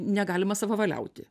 negalima savavaliauti